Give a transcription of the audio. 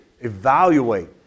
evaluate